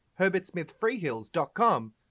herbertsmithfreehills.com